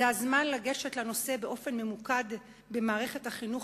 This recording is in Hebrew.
זה הזמן לגשת לנושא באופן ממוקד במערכת החינוך,